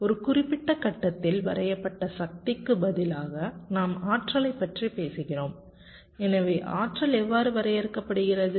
ஒரு குறிப்பிட்ட கட்டத்தில் வரையப்பட்ட சக்திக்கு பதிலாக நாம் ஆற்றலைப் பற்றி பேசுகிறோம் எனவே ஆற்றல் எவ்வாறு வரையறுக்கப்படுகிறது